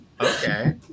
okay